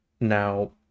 Now